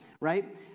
right